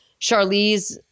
Charlize